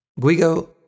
Guigo